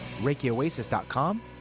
ReikiOasis.com